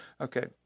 Okay